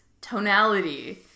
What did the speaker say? tonality